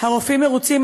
הרופאים מרוצים,